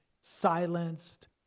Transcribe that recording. silenced